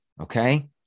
Okay